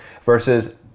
versus